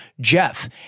Jeff